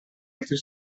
altri